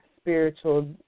spiritual